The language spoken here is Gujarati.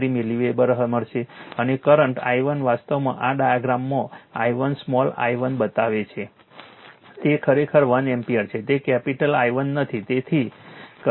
453 મિલીવેબર મળશે અને કરંટ i1 વાસ્તવમાં આ ડાયાગ્રામમાં i1 સ્મોલ i1 બતાવે છે તે ખરેખર 1 એમ્પીયર છે તે કેપિટલ i1 નથી તેથી કરેક્શન છે